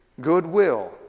goodwill